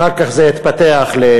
אחר כך זה התפתח לפרלמנט,